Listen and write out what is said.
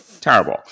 terrible